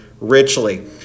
richly